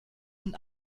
und